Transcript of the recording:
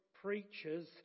preachers